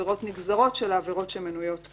עמדת המחוקק